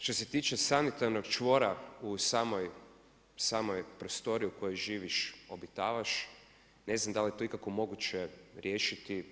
Što se tiče sanitarnog čvora u samoj prostoriji u kojoj živiš, obitavaš ne znam da li je to ikako moguće riješiti.